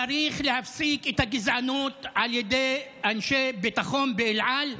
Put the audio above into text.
צריך להפסיק את הגזענות על ידי אנשי ביטחון באל על,